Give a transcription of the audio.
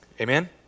Amen